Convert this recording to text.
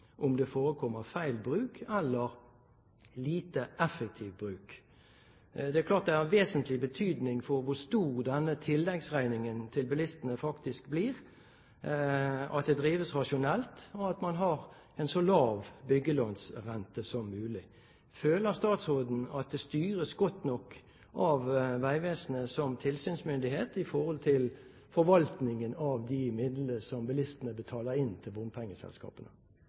om det forekommer feil bruk eller lite effektiv bruk. Det er klart at det har vesentlig betydning for hvor stor denne tilleggsregningen til bilistene faktisk blir, at det drives rasjonelt, og at man har en så lav byggelånsrente som mulig. Føler statsråden at det styres godt nok av Vegvesenet som tilsynsmyndighet i forhold til forvaltningen av de midlene som bilistene betaler inn til bompengeselskapene?